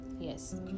Yes